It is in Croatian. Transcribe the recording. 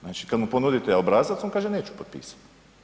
Znači kad mu ponudite obrazac, on kaže neću potpisati.